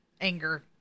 anger